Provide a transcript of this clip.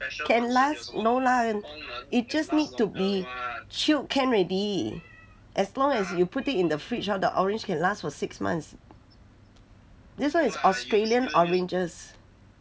can last no lah it just need to be chilled can already as long as you put it in the fridge orh the orange can last for six months this one is australian oranges